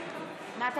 נגד חיים